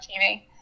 TV